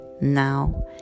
now